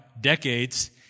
decades